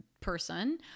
person